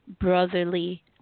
brotherly